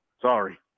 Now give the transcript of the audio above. Sorry